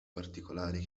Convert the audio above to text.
particolari